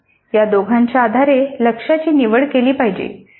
या दोघांच्या आधारे लक्ष्यांची निवड केली पाहिजे